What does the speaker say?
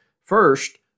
First